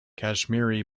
kashmiri